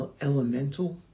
elemental